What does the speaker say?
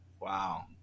Wow